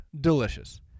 delicious